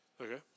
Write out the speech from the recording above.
Okay